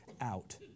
out